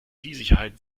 sicherheit